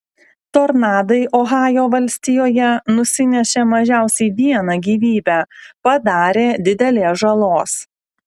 tornadai ohajo valstijoje nusinešė mažiausiai vieną gyvybę padarė didelės žalos